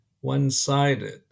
one-sided